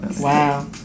wow